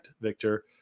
Victor